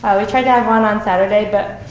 we tried to have one on saturday, but